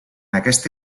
aquesta